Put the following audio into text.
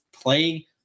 play